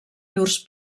llurs